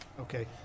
Okay